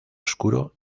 oscuro